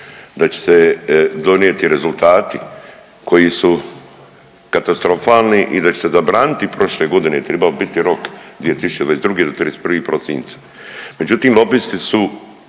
da će se donijeti rezultati koji su katastrofalni i da će se zabraniti prošle godine i tribao je biti rok 2022. do 31. prosinca. Međutim, lobisti su